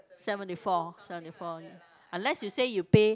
seventy four seventy four unless you say you pay